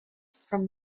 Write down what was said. from